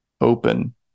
open